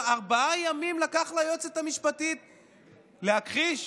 ארבעה ימים לקח ליועצת המשפטית להכחיש.